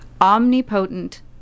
omnipotent